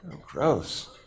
Gross